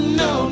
no